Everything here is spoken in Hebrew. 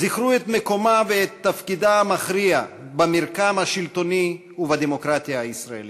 זכרו את מקומה ואת תפקידה המכריע במרקם השלטוני ובדמוקרטיה הישראלית.